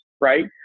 right